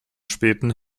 späten